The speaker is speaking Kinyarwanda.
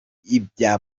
ibya